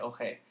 Okay